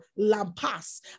lampas